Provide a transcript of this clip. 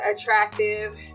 attractive